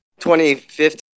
2015